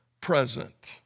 present